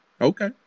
Okay